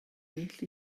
well